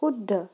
শুদ্ধ